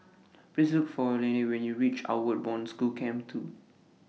Please Look For Lennie when YOU REACH Outward Bound School Camp two